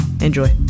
Enjoy